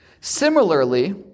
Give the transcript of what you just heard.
Similarly